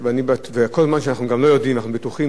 אנחנו בטוחים שזה לא נעשה מתוך הונאת הציבור,